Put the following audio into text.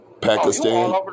Pakistan